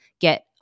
get